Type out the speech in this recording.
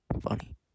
funny